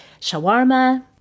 shawarma